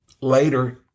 later